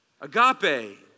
agape